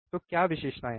तो क्या विशेषताएँ हैं